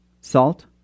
salt